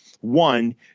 one